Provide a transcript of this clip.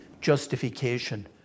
justification